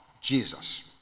Jesus